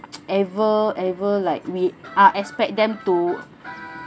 ever ever like we are expect them to